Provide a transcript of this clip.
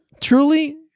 Truly